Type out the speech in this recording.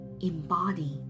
embody